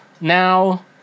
now